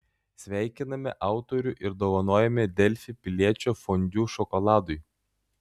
sveikiname autorių ir dovanojame delfi piliečio fondiu šokoladui